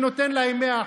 שנותן להם 100%,